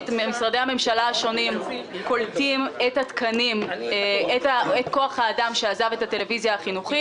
משרדי הממשלה השונים קולטים את כוח-האדם שעזב את הטלוויזיה החינוכית.